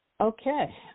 Okay